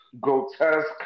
grotesque